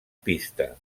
pista